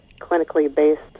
clinically-based